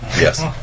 Yes